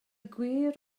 gwir